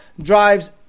drives